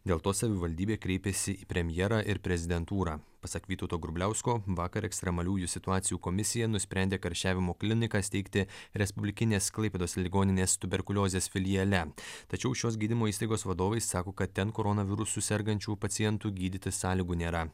dėl to savivaldybė kreipėsi į premjerą ir prezidentūrą pasak vytauto grubliausko vakar ekstremaliųjų situacijų komisija nusprendė karščiavimo kliniką steigti respublikinės klaipėdos ligoninės tuberkuliozės filiale tačiau šios gydymo įstaigos vadovai sako kad ten koronavirusu sergančių pacientų gydyti sąlygų nėra